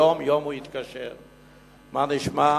יום-יום הוא התקשר, מה נשמע.